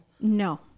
No